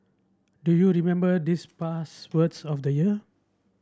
do you remember these past words of the year